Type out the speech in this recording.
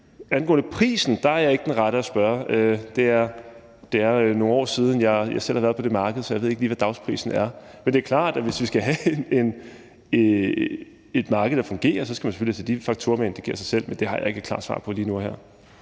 Angående prisen er jeg ikke den rette at spørge. Det er nogle år siden, jeg selv har været på det marked, så jeg ved ikke lige, hvad dagsprisen er. Men det er klart, at hvis vi skal have et marked, der fungerer, skal vi selvfølgelig tage de faktorer med, det giver sig selv, men jeg har ikke et klart svar på det lige nu og her.